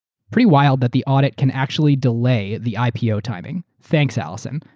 pretty wild that the audit can actually delay the ipo timing. thanks, allison.